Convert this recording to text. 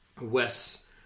Wes